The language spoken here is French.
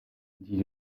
dit